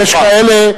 יש כאלה,